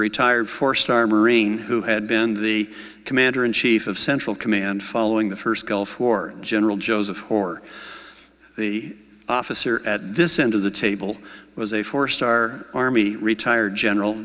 retired four star marine who had been the commander in chief of central command following the first gulf war general joseph hoar the officer at this end of the table was a four star army retired general